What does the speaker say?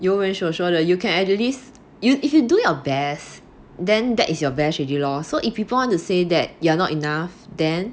有人所说的 you can at least you if you do your best then that is your best already lor so if people want to say that you are not enough then